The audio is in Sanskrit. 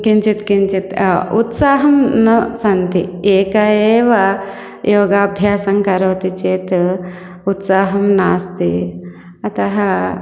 किञ्चित् किञ्चित् उत्साहं न सन्ति एका एव योगाभ्यासं करोति चेत् उत्साहं नास्ति अतः